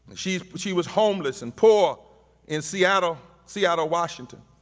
she but she was homeless and poor in seattle, seattle, washington.